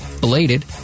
Belated